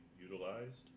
utilized